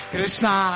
Krishna